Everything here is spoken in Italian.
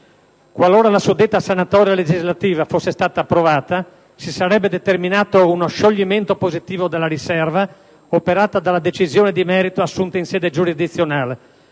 Qualora la suddetta sanatoria legislativa fosse stata approvata, si sarebbe determinato uno scioglimento positivo della riserva operata dalla decisione di merito assunta in sede giurisdizionale